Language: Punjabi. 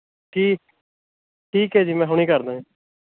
ਕੀ ਠੀਕ ਹੈ ਜੀ ਮੈਂ ਹੁਣੇ ਕਰਦਾ ਹਾਂ